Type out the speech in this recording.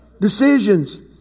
Decisions